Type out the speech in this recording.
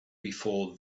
before